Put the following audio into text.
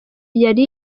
yari